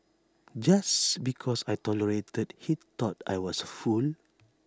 just because I tolerated he thought I was A fool